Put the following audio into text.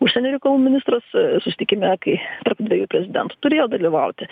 užsienio reikalų ministras susitikime kai tarp dviejų prezidentų turėjo dalyvauti